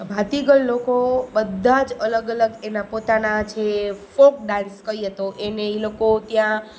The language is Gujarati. ભાતીગળ લોકો બધાં જ અલગ અલગ એના પોતાના છે ફોક ડાન્સ કહીએ તો એને એ લોકો ત્યાં